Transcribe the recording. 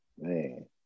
man